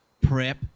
prep